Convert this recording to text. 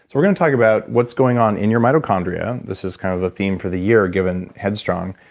we're going to talk about what's going on in your mitochondria. this is kind of the theme for the year, given headstrong,